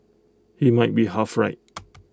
he might be half right